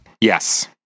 Yes